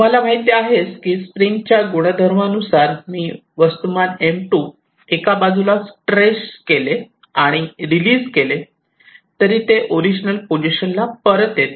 तुम्हाला माहीती आहेच की स्प्रिंगच्या गुणधर्मानुसार मी वस्तुमान M2 एका बाजूला स्ट्रेच केले आणि रिलीज केले तरी ते ओरिजिनल पोझिशनला परत येते